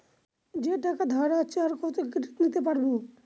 যে টাকা ধার আছে, আর কত ক্রেডিট নিতে পারবো?